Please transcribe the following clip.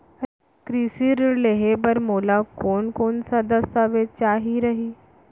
कृषि ऋण लेहे बर मोला कोन कोन स दस्तावेज चाही रही?